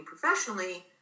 professionally